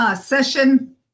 session